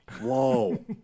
Whoa